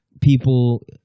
People